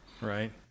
Right